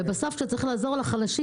ובסוף כשצריך לעזור לחלשים,